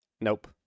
Nope